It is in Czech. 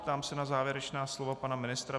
Ptám se na závěrečná slova pana ministra.